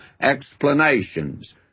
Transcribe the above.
explanations